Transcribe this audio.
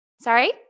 Sorry